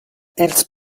ils